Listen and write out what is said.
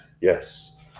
Yes